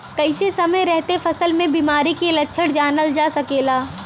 कइसे समय रहते फसल में बिमारी के लक्षण जानल जा सकेला?